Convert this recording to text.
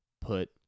put